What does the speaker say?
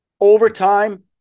overtime